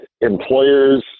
employers